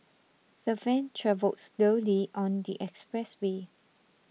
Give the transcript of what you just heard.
the van travelled slowly on the expressway